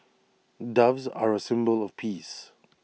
doves are A symbol of peace